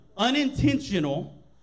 unintentional